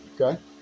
Okay